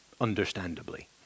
understandably